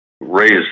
raised